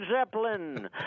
Zeppelin